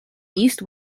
east